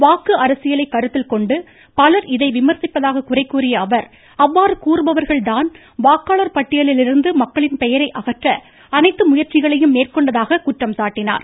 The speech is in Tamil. வாக்கு அரசியலை கருத்தில்கொண்டு பலர் இதை விமர்சிப்பதாக குறை கூறிய அவர் அவ்வாறு கூறுபவர்கள்தான் வாக்காளர் பட்டியலிலிருந்து மக்களின் பெயரை அகற்ற அனைத்து முயற்சிகளையும் மேற்கொண்டதாக குற்றம் சாட்டினார்